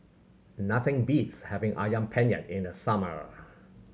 nothing beats having Ayam Penyet in the summer